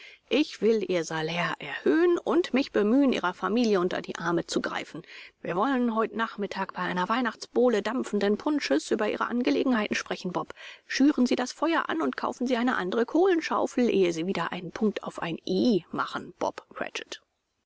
ich will ihr salär erhöhen und mich bemühen ihrer familie unter die arme zu greifen wir wollen heut nachmittag bei einer weihnachtsbowle dampfenden punsches über ihre angelegenheiten sprechen bob schüren sie das feuer an und kaufen sie eine andere kohlenschaufel ehe sie wieder einen punkt auf ein i machen bob